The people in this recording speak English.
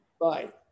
Bye